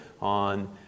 on